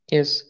Yes